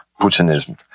Putinism